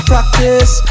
Practice